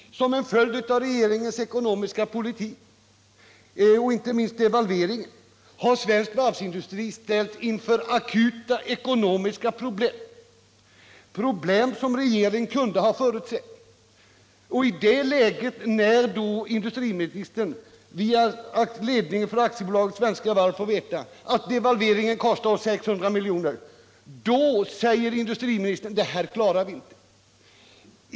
Som en följd av regeringens ekonomiska politik — inte minst devalveringen — har svensk varvsindustri ställts inför akuta ekonomiska problem, problem som regeringen kunde ha förutsett. I det läget — då industriministern via ledningen för Svenska Varv AB får veta att devalveringen kostar 600 milj.kr. — säger industriministern: Det här klarar vi inte.